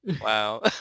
wow